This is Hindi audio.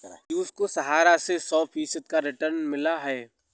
पियूष को सहारा से सौ फीसद का रिटर्न मिला है